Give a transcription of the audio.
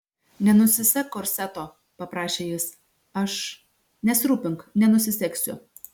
nenusisek korseto paprašė jis aš nesirūpink nenusisegsiu